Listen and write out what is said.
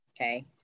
okay